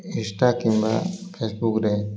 Insta କିମ୍ବା ଫେସ୍ବୁକ୍ରେ